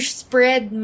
spread